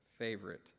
favorite